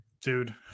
Dude